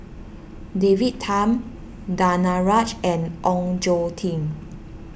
David Tham Danaraj and Ong Tjoe Kim